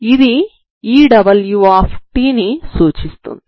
ఇది Ewt ని సూచిస్తుంది